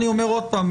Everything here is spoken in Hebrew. אני אומר עוד פעם,